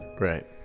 right